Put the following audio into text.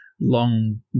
long